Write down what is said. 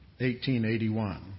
1881